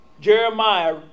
Jeremiah